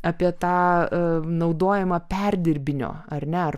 apie tą naudoiamą perdirbinio ar ne